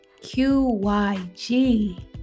QYG